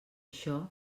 això